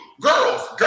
Girls